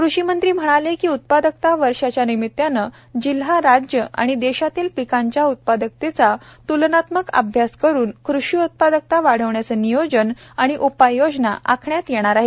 कृषीमंत्री म्हणाले की उत्पादकता वर्षाच्या निमित्ताने जिल्हा राज्य आणि देशातील पिकांच्या उत्पादकतेचा त्लनात्मक अभ्यास करून कृषी उत्पादकता वाढविण्याचे नियोजन आणि उपाययोजना आखण्यात येणार आहे